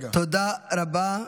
תודה רבה.